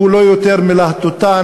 שהוא לא יותר מלהטוטן,